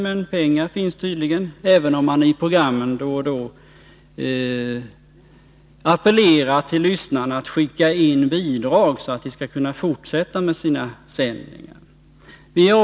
Men pengar finns tydligen, även om man i programmen då och då appellerar till lyssnarna att skicka in bidrag, så att man skall kunna fortsätta med sina sändningar.